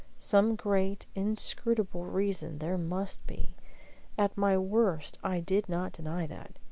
some great inscrutable reason there must be at my worst i did not deny that.